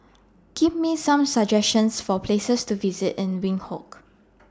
Give Me Some suggestions For Places to visit in Windhoek